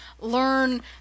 learn